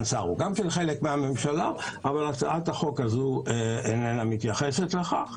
שר הוא גם כן חלק מהממשלה אבל הצעת החוק הזו איננה מתייחסת לכך.